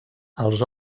els